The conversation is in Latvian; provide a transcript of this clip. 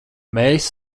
mēs